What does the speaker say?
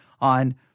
on